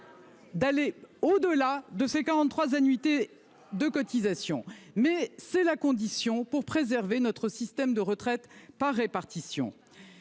d'aller au-delà des quarante-trois annuités de cotisation, mais c'est la condition pour préserver notre système de retraite par répartition.